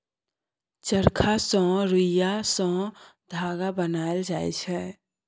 चरखा सँ रुइया सँ धागा बनाएल जाइ छै